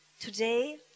Today